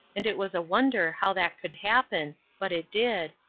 and it was a wonder how that could happen but it did,